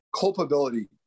culpability